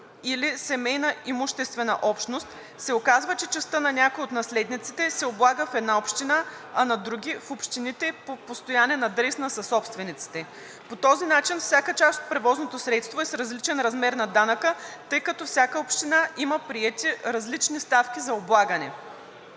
или семейна имуществена общност се оказва, че частта на някои от наследниците се облага в една община, а на други – в общините по постоянен адрес на съсобствениците. По този начин всяка част от превозното средство е с различен размер на данъка, тъй като всяка община има приети различни ставки за облагане.